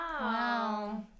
Wow